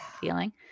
feeling